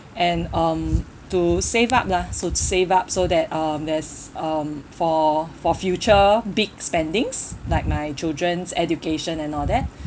and um to save up lah to save up so that um there's um for for future big spendings like my children's education and all that